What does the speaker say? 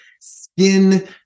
Skin